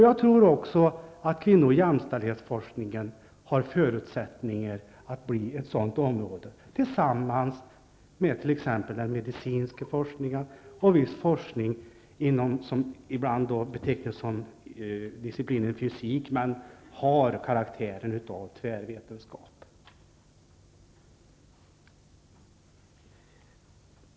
Jag tror också att kvinno och jämställdhetsforskningen har förutsättningar att bli ett sådant område, tillsammans med t.ex. den medicinska forskningen och viss forskning som ibland betecknas som hörande till disciplinen fysik men har karaktären av tvärvetenskap.